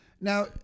Now